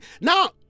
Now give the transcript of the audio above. now